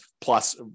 plus